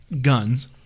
guns